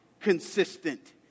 consistent